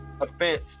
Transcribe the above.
offense